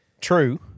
True